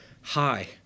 hi